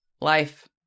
life